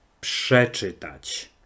przeczytać